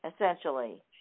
essentially